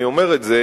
אני אומר את זה